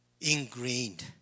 Ingrained